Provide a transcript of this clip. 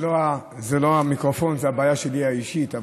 זה לא המיקרופון, זאת הבעיה האישית שלי.